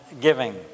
giving